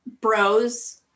bros